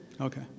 Okay